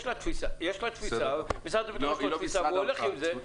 למשרד הביטחון יש תפיסה והוא הולך עם זה.